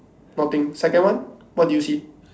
nothing second one what do you see